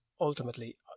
ultimately